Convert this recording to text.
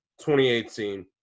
2018